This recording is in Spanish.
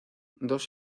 dos